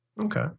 Okay